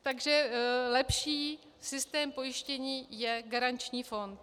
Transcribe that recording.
Takže lepší systém pojištění je garanční fond.